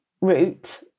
route